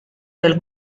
del